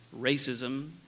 racism